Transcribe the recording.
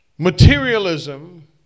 Materialism